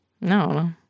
No